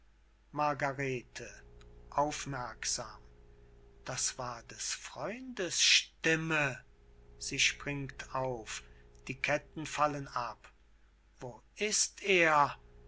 margarete aufmerksam das war des freundes stimme sie springt auf die ketten fallen ab wo ist er